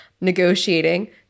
negotiating